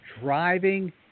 Driving